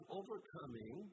overcoming